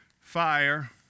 fire